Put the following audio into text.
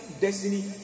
destiny